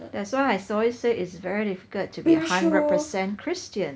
that's why I always say it's very difficult to be hundred percent christian